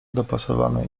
dopasowany